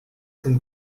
can